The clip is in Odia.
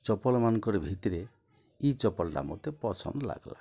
ଚପଲମାନଙ୍କର ଭିତରେ ଇ ଚପଲଟା ମୋତେ ପସନ୍ଦ ଲାଗ୍ଲା